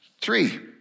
Three